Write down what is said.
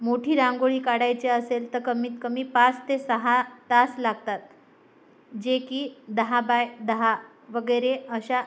मोठी रांगोळी काढायची असेल तर कमीत कमी पाच ते सहा तास लागतात जे की दहा बाय दहा वगैरे अशा